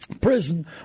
prison